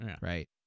right